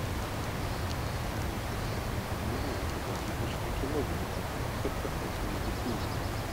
labai aktyvi ir socialinės problematikos ypač sociologinio komplekso profesinė difuzija